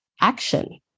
action